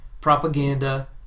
propaganda